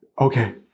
okay